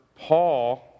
Paul